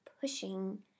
pushing